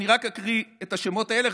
אני רק אקריא את השמות האלה,